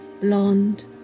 Blonde